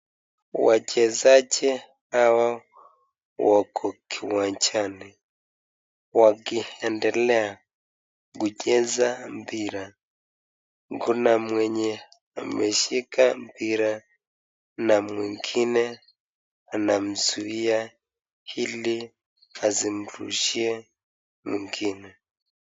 Wachezaji hawa wako kiwanjani wakiendelea kucheza mpira. Kuna mwenye ameshika mpira na mwingine anamzuia ili asimrushie mwingine.